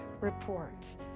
report